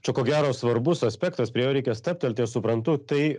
čia ko gero svarbus aspektas prie jo reikia stabtelti aš suprantu tai